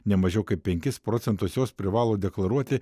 ne mažiau kaip penkis procentus jos privalo deklaruoti